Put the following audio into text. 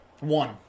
One